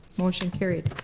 motion carried.